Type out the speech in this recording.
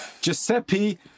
Giuseppe